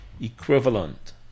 equivalent